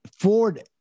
Ford